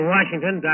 Washington